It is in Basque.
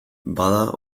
bada